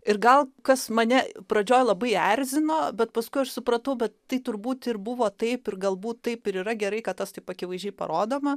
ir gal kas mane pradžioj labai erzino bet paskui aš supratau bet tai turbūt ir buvo taip ir galbūt taip ir yra gerai kad tas taip akivaizdžiai parodoma